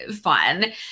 fun